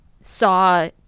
Saw